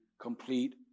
complete